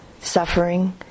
suffering